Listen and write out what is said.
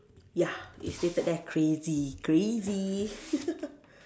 ya it's stated there crazy crazy